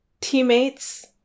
teammates